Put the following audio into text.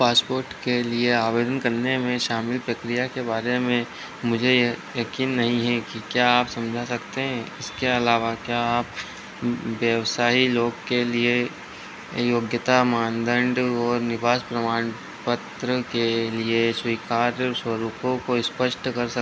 passport के लिए आवेदन करने में शामिल प्रक्रिया के बारे में मुझे यकीन नहीं है की क्या आप समझा सकते हैं इसके अलावा क्या आप व्यवसायी लोग के लिए योग्यता मानदंड और निवास प्रमाणपत्र के लिए स्वीकार्य स्वरूपों को स्पष्ट कर स